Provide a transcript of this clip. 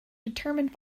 determined